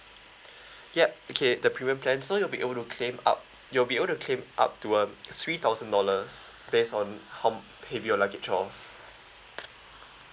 yup okay the premium plan so you'll be able to claim up you'll be able to claim up to uh three thousand dollars based on how m~ heavy your luggage was